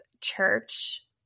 church